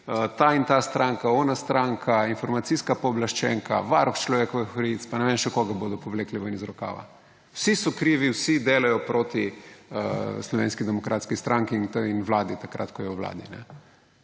ta in ta stranka, ona stranka, informacijska pooblaščenka, varuh človekovih pravic pa ne vem še koga bodo povlekli ven iz rokava. Vsi so krivi, vsi delajo proti Slovenski demokratski stranki, ko je v vladi,